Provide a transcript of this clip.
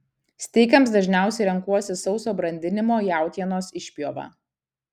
steikams dažniausiai renkuosi sauso brandinimo jautienos išpjovą